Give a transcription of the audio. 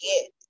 get